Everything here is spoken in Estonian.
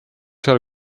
seal